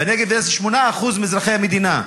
בנגב זה 8% מאזרחי המדינה.